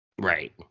Right